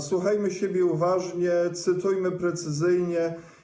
Słuchajmy siebie uważnie, cytujmy precyzyjnie.